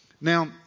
Now